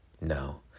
No